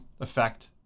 effect